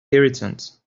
irritant